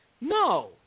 No